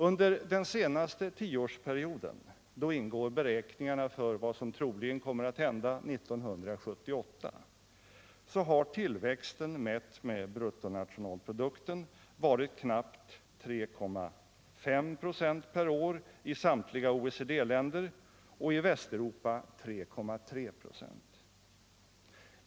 Under den senaste tioårsperioden — då ingår beräkningarna för vud som troligen kommer att hända 1978 — har tillväxten mätt med bruttonationalprodukten varit knappt 3,5 5, per år I samtliga OECD-länder och i Västeuropa 3,3 "a.